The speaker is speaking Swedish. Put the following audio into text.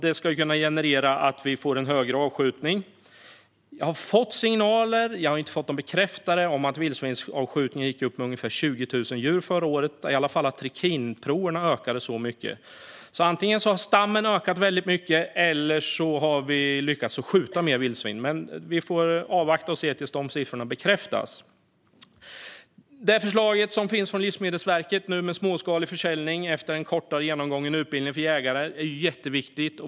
Detta ska kunna resultera i att vi får en högre avskjutning. Jag har inte fått detta bekräftat, men jag har fått signaler om att vildsvinsavskjutningen ökade med ungefär 20 000 djur förra året. Trikinproverna ökade i alla fall i motsvarande grad, så antingen har stammen ökat väldigt mycket eller så har vi lyckats skjuta fler vildsvin. Vi får avvakta tills dessa siffror bekräftas. Det förslag som nu finns från Livsmedelsverket om småskalig försäljning efter genomgången kortare utbildning för jägare är jätteviktigt.